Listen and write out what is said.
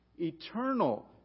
eternal